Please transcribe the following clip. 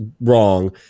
wrong